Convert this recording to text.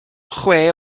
chwe